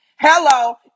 Hello